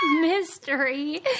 mystery